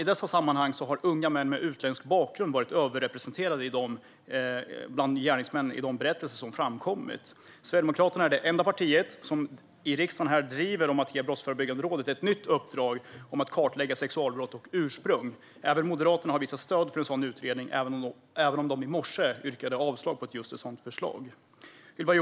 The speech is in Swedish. I dessa sammanhang har unga män med utländsk bakgrund varit överrepresenterade bland gärningsmännen i de berättelser som har framkommit. Sverigedemokraterna är det enda parti som i riksdagen driver att ge Brottsförebyggande rådet ett nytt uppdrag för att kartlägga sexualbrott och ursprung. Även Moderaterna har visat stöd för en sådan utredning. I morse yrkade de dock avslag på ett sådant förslag.